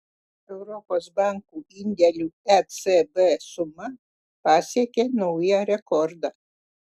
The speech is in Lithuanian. europos bankų indėlių ecb suma pasiekė naują rekordą